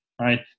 right